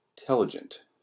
intelligent